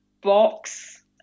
box